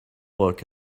look